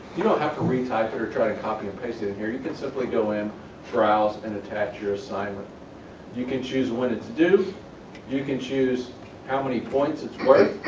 you don't have to retype it or try to copy and paste it in here you can simply go to browse and attach your assignment you can choose when it's due you can choose how many points its worth